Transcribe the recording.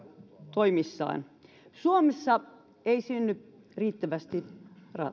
toimissaan suomessa ei synny riittävästi